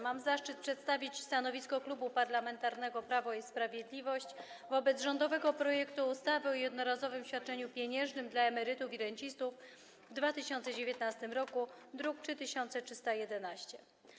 Mam zaszczyt przedstawić stanowisko Klubu Parlamentarnego Prawo i Sprawiedliwość wobec rządowego projektu ustawy o jednorazowym świadczeniu pieniężnym dla emerytów i rencistów w 2019 r., druk nr 3311.